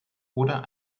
oder